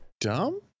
dumb